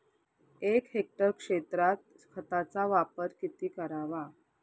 एक हेक्टर क्षेत्रात खताचा वापर किती करावा?